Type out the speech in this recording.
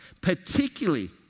particularly